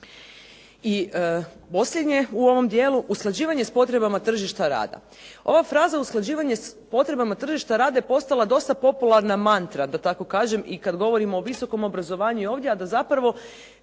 I posljednje u ovom dijelu, usklađivanje s potrebama tržišta rada. Ova fraza usklađivanje s potrebama tržišta rata je postala dosta popularna mantra da tako kažem i kad govorimo o visokom obrazovanju i ovdje a da zapravo